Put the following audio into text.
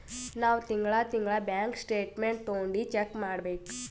ನಾವ್ ತಿಂಗಳಾ ತಿಂಗಳಾ ಬ್ಯಾಂಕ್ ಸ್ಟೇಟ್ಮೆಂಟ್ ತೊಂಡಿ ಚೆಕ್ ಮಾಡ್ಬೇಕ್